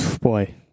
boy